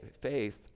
faith